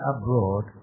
abroad